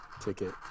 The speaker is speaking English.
ticket